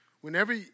whenever